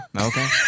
okay